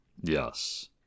Yes